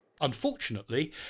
Unfortunately